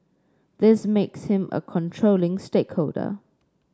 this makes him a controlling stakeholder